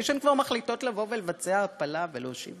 שהן כבר מחליטות לבוא ולבצע הפלה ולהושיב